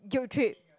guilt trip